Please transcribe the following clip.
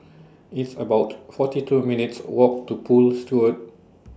It's about forty two minutes' Walk to Poole Road